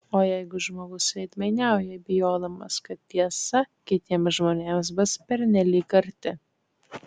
o jeigu žmogus veidmainiauja bijodamas kad tiesa kitiems žmonėms bus pernelyg karti